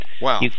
wow